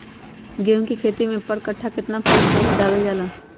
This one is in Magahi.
गेंहू के खेती में पर कट्ठा केतना फास्फोरस डाले जाला?